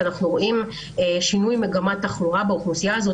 אנחנו רואים שינוי מגמת תחלואה באוכלוסייה הזאת.